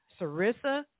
Sarissa